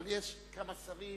אבל יש כמה שרים